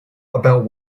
about